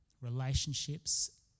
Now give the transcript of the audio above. relationships